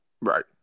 Right